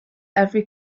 every